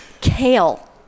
kale